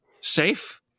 safe